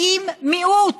האם מיעוט